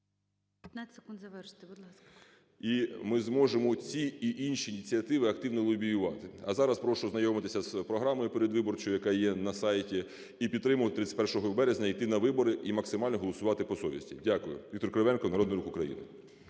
…і ми зможемо ці і інші ініціативи активно лобіювати. А зараз прошу ознайомитися з програмою передвиборчою, яка є на сайті, і підтримувати, 31 березня йти на вибори і максимально голосувати по совісті. Дякую. Віктор Кривенко, Народний Рух України.